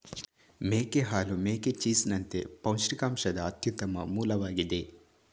ಮೇಕೆ ಹಾಲು ಮೇಕೆ ಚೀಸ್ ನಂತೆ ಪೌಷ್ಟಿಕಾಂಶದ ಅತ್ಯುತ್ತಮ ಮೂಲವಾಗಿದೆ